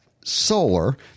solar